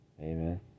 Amen